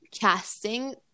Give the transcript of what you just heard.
casting